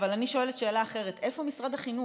אבל אני שואלת שאלה אחרת: איפה משרד החינוך?